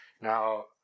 Now